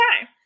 time